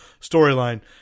storyline